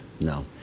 No